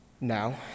Now